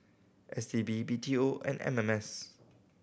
S T B B T O and M M S